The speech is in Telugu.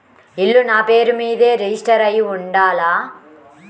ఇల్లు నాపేరు మీదే రిజిస్టర్ అయ్యి ఉండాల?